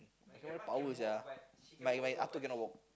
power sia my my after cannot walk